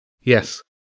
Yes